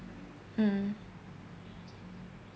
mm